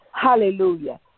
Hallelujah